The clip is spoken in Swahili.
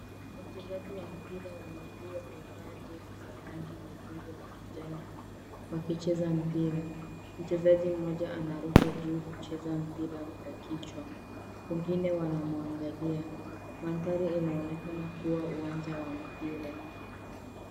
Wachezaji wa mpira wa miguu wamevaa jezi za rangi nyekundu na kijani wakicheza mpira. Mchezaji mmoja anaruka juu kucheza mpira kwa kichwa, wengine wanamwangalia. Mandhari inaonekana kuwa uwanja wa mpira.